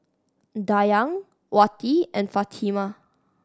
Dayang Wati and Fatimah